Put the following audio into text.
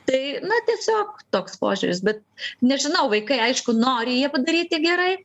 tai na tiesiog toks požiūris bet nežinau vaikai aišku nori jie padaryti gerai